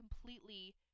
completely